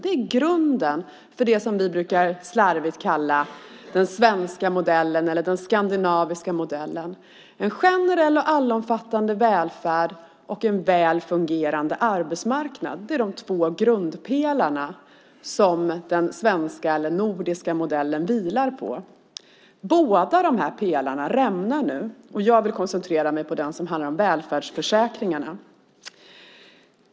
Det är grunden för det som vi lite slarvigt brukar kalla den svenska modellen eller den skandinaviska modellen - en generell, allomfattande välfärd och en väl fungerande arbetsmarknad är de två grundpelarna som den svenska eller nordiska modellen vilar på. Båda dessa pelare rämnar nu, och jag vill koncentrera mig på det som handlar om välfärdsförsäkringarna.